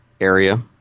area